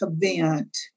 event